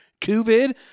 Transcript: COVID